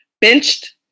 benched